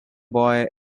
boy